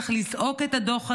צריך לזעוק את הדוח הזה,